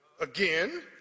again